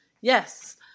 Yes